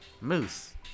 Moose